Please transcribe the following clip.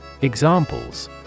Examples